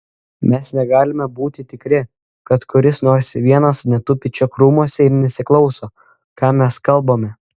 mes negalime būti tikri kad kuris nors vienas netupi čia krūmuose ir nesiklauso ką mes kalbame